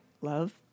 love